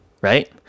right